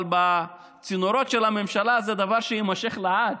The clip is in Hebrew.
אבל בצינורות של ממשלה זה דבר שיימשך לעד,